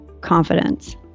confidence